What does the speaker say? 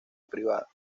privada